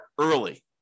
early